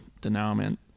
denouement